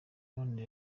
none